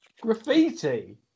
Graffiti